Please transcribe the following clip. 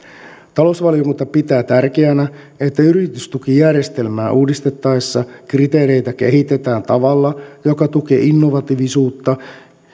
talousvaliokunta pitää tärkeänä että yritystukijärjestelmää uudistettaessa kriteereitä kehitetään tavalla joka tukee innovatiivisuutta